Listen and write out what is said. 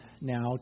now